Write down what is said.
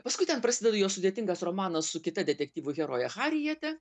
paskui ten prasideda jo sudėtingas romanas su kita detektyvų heroje harjete